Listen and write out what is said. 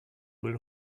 will